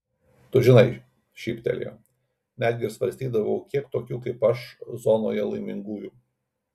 tu žinai šyptelėjo netgi svarstydavau kiek tokių kaip aš zonoje laimingųjų